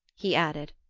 he added,